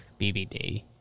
BBD